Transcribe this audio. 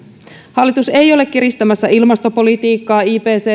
hallitus ei ole kiristämässä ilmastopolitiikkaa ipccn